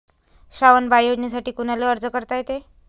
श्रावण बाळ योजनेसाठी कुनाले अर्ज करता येते?